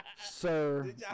Sir